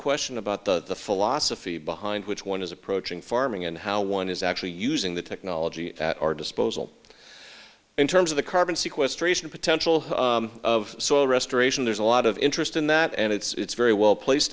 question about the philosophy behind which one is approaching farming and how one is actually using the technology at our disposal in terms of the carbon sequestration potential of soil restoration there's a lot of interest in that and it's very well placed